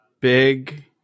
Big